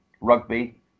rugby